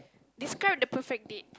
describe the perfect date